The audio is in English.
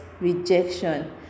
rejection